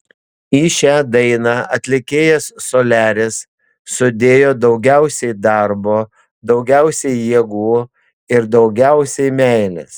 į šią dainą atlikėjas soliaris sudėjo daugiausiai darbo daugiausiai jėgų ir daugiausiai meilės